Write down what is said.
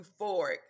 euphoric